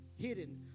hidden